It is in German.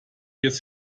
jetzt